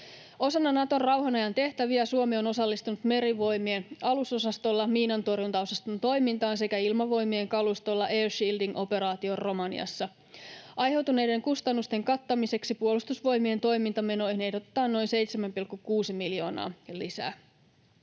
Osana Naton rauhanajan tehtäviä Suomi on osallistunut Merivoimien alusosastolla miinantorjuntaosaston toimintaan sekä Ilmavoimien kalustolla Air Shielding -operaatioon Romaniassa. Aiheutuneiden kustannusten kattamiseksi Puolustusvoimien toimintamenoihin ehdotetaan noin 7,6 miljoonaa lisää.